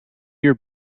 your